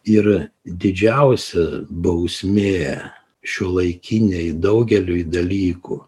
ir didžiausia bausmė šiuolaikinei daugeliui dalykų